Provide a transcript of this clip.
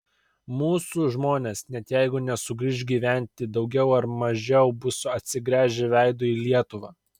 mūsų žmonės net jeigu nesugrįš gyventi daugiau ar mažiau bus atsigręžę veidu į lietuvą